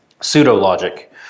pseudo-logic